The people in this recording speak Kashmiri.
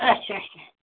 اَچھا اَچھا